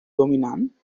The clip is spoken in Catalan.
dominant